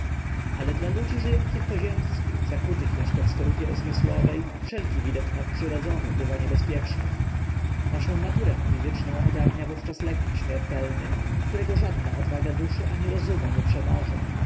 ale dla ludzi ży ących po ziemsku zakutych eszcze w skorupie zmysłowe wszelki widok nadprzyrodzony bywa niebezpieczny naszą naturę fizyczną ogarnia wówczas lęk śmiertelny którego żadna odwaga duszy ani rozumu nie przemoże